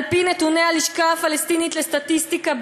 על-פי נתוני הלשכה הפלסטינית לסטטיסטיקה,